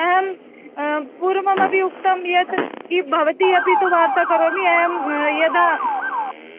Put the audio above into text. अहम् पूर्वम् अपि उक्तं यत् कि भवती अपि तु वार्तां करोमि अहं यदा